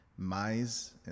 Mais